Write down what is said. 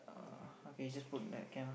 uh okay just put that can ah